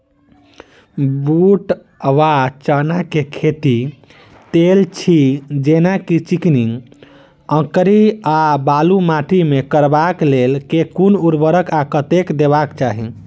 बूट वा चना केँ खेती, तेल छी जेना की चिकनी, अंकरी आ बालू माटि मे करबाक लेल केँ कुन उर्वरक आ कतेक देबाक चाहि?